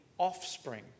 offspring